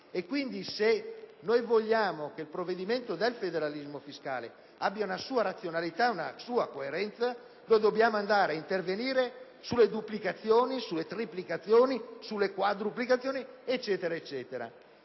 Pertanto, se vogliamo che il provvedimento sul federalismo fiscale abbia una sua razionalità e una sua coerenza dobbiamo intervenire sulle duplicazioni, sulle triplicazioni, sulle quadruplicazioni, e così via.